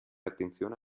attenzione